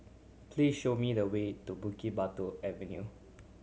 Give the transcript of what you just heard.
please show me the way to Bukit Batok Avenue